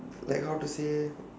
like how to say